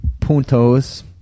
puntos